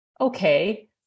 okay